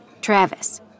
Travis